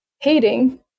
hating